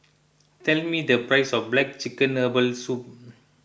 tell me the price of Black Chicken Herbal Soup